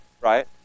right